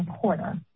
quarter